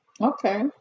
okay